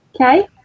Okay